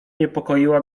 niepokoiła